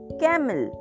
camel